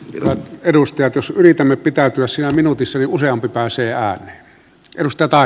hyvät edustajat jos yritämme pitäytyä siinä minuutissa niin useampi pääsee ääneen